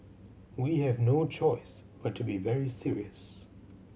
we have no choice but to be very serious